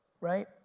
Right